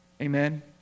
Amen